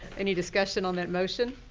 any discussion on that motion?